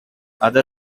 other